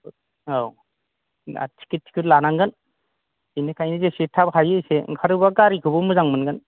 औ आर टिकेट थिकिट लानांगोन बेनिखायनो जेसे थाब हायो एसे ओंखारोबा गारिखौबो मोजां मोनगोन